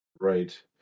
Right